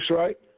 right